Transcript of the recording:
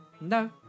No